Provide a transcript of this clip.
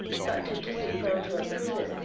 but to disenfranchise prisoners,